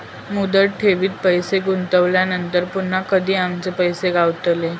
मुदत ठेवीत पैसे गुंतवल्यानंतर पुन्हा कधी आमचे पैसे गावतले?